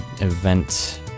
event